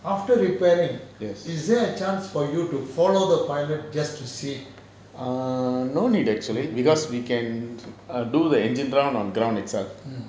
after repairing is there a chance for you to follow the pilot just to see